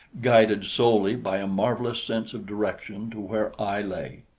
guided solely by a marvelous sense of direction, to where i lay.